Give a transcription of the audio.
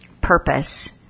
purpose